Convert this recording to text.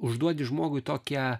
užduodi žmogui tokią